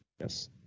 Yes